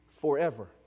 forever